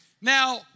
now